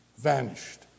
vanished